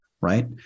right